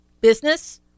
business